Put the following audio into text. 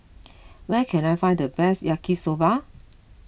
where can I find the best Yaki Soba